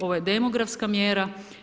Ovo je demografska mjera.